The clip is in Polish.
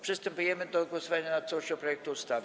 Przystępujemy do głosowania nad całością projektu ustawy.